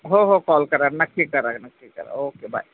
हो हो कॉल करा नक्की करा नक्की करा ओके बाय